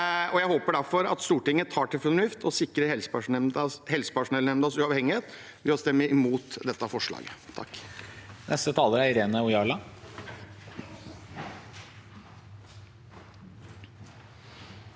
Jeg håper derfor at Stortinget tar til fornuft og sikrer helsepersonellnemndas uavhengighet ved å stemme imot dette forslaget. Irene